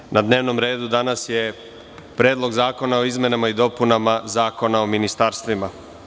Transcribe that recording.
Danas na dnevnom redu je Predlog zakona o izmenama i dopunama Zakona o ministarstvima.